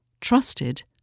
Trusted